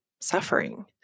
suffering